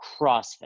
CrossFit